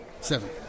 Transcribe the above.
Seven